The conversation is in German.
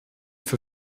für